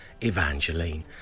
Evangeline